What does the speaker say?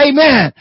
Amen